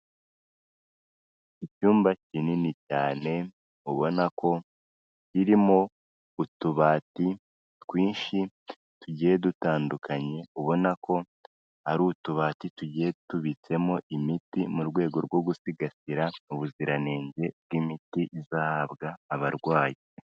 Icyumba kinini cyane ubona ko kirimo utubati twinshi tugiye dutandukanye, ubona ko ari utubati tugiye tubitsemo imiti mu rwego rwo gusigasira ubuziranenge bw'imiti izahabwa abarwayi.